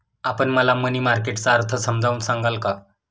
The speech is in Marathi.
आपण मला मनी मार्केट चा अर्थ समजावून सांगाल का?